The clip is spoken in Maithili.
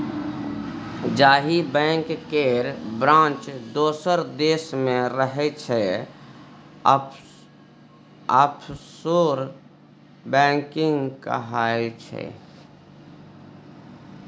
जाहि बैंक केर ब्रांच दोसर देश मे रहय छै आफसोर बैंकिंग कहाइ छै